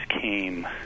came